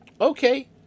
Okay